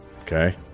Okay